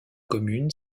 commune